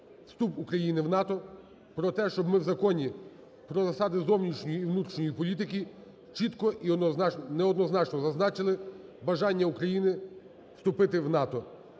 вступ України в НАТО, про те, щоб ми в Законі про засади зовнішньої і внутрішньої політики чітко і неоднозначно зазначили бажання України вступити в НАТО.